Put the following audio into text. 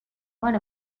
one